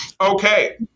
okay